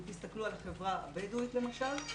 אם תסתכלו על החברה הבדואית למשל,